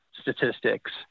Statistics